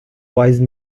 wise